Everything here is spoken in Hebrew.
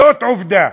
זאת עובדה.